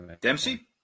Dempsey